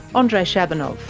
andrei shabunov.